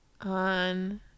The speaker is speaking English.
on